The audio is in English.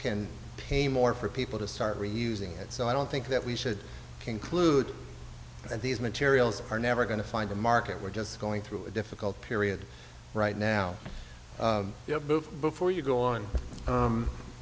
can pay more for people to start reusing it so i don't think that we should conclude that these materials are never going to find a market we're just going through a difficult period right now before you go on